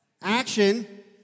Action